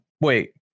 Wait